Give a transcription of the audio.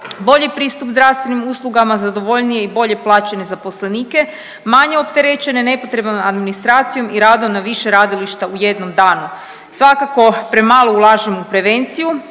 bolji pristup zdravstvenim uslugama, zadovoljnije i bolje plaćene zaposlenike, manje opterećene nepotrebnom administracijom i radom na više radilišta u jednom danu, svakako premalo ulažemo u prevenciju,